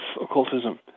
occultism